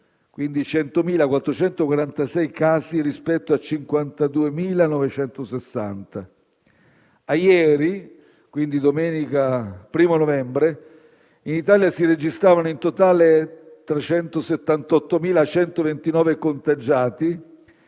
quindi 100.446 casi rispetto a 52.960. A ieri, domenica 1° novembre, in Italia si registravano in totale 378.129 contagiati,